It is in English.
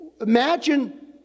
Imagine